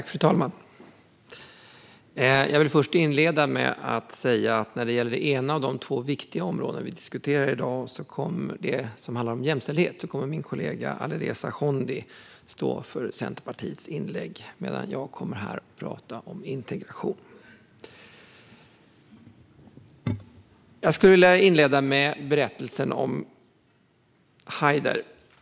Fru talman! Jag vill inleda med att säga att när det gäller jämställdhet, det ena av de två viktiga områden som vi diskuterar i dag, kommer min kollega Alireza Akhondi att stå för Centerpartiets inlägg, medan jag kommer att prata om integration. Jag skulle vilja inleda med berättelsen om Haider.